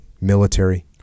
military